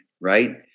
right